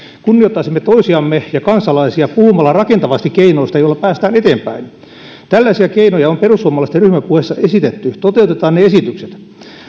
kunnioittaisimme toisiamme ja kansalaisia puhumalla rakentavasti keinoista joilla päästään eteenpäin tällaisia keinoja on perussuomalaisten ryhmäpuheessa esitetty toteutetaan ne esitykset